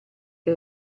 che